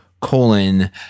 colon